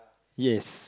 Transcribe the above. yes